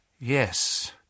Yes